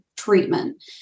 treatment